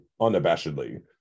unabashedly